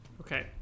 Okay